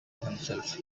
himself